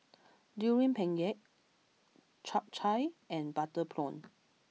Durian Pengat Chap Chai and Butter Prawn